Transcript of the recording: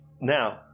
Now